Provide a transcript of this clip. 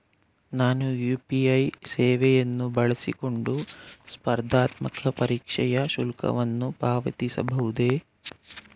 ನಾನು ಯು.ಪಿ.ಐ ಸೇವೆಯನ್ನು ಬಳಸಿಕೊಂಡು ಸ್ಪರ್ಧಾತ್ಮಕ ಪರೀಕ್ಷೆಯ ಶುಲ್ಕವನ್ನು ಪಾವತಿಸಬಹುದೇ?